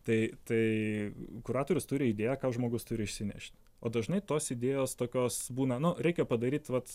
tai tai kuratorius turi idėją ką žmogus turi išsinešti o dažnai tos idėjos tokios būna nu reikia padaryt vat